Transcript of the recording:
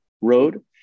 road